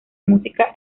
música